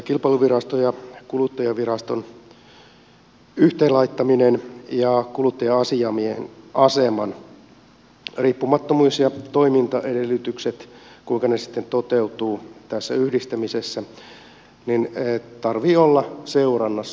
kilpailuviraston ja kuluttajaviraston yhteen laittamisen ja kuluttaja asiamiehen aseman riippumattomuuden ja toimintaedellytysten kuinka ne sitten toteutuvat tässä yhdistämisessä täytyy olla seurannassa